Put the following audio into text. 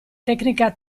tecnica